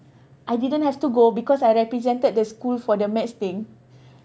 I didn't have to go because I represented the school for the maths thing